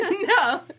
No